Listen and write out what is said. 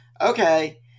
Okay